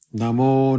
Namo